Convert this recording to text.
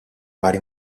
vari